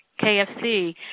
KFC